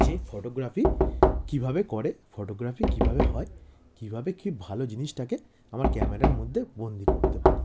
যে ফটোগ্রাফি কীভাবে করে ফটোগ্রাফি কীভাবে হয় কীভাবে কী ভালো জিনিসটাকে আমার ক্যামেরার মধ্যে বন্দি করতে পারি